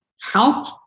Help